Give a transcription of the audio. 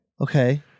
Okay